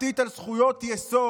אתם לא משאירים בלם אחד על הכוח שלכם.